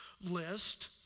list